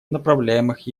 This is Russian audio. направляемых